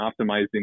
optimizing